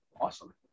awesome